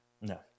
No